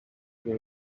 will